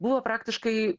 buvo praktiškai